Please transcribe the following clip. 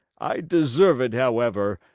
i deserve it, however!